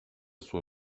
sua